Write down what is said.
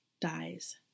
dies